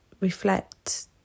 reflect